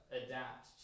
adapt